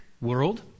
world